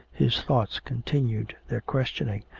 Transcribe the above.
his thoughts continued their questioning,